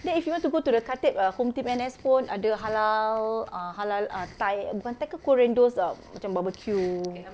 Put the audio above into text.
then if you want to go to the khatib err hometeam N_S pun ada halal uh halal uh thai bukan thai ke korean those um macam barbeque